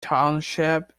township